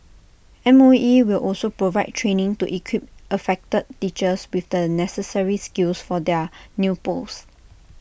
M O E will also provide training to equip affected teachers with the necessary skills for their new posts